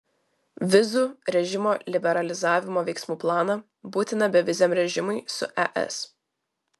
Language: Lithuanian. vizų režimo liberalizavimo veiksmų planą būtiną beviziam režimui su es